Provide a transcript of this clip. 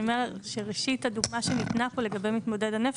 אני אומרת שראשית הדוגמה שניתנה פה לגבי מתמודד הנפש,